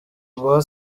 guha